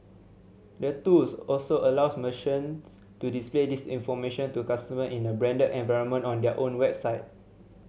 the tools also allows merchants to display this information to customer in a branded environment on their own website